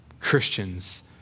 Christians